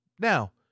Now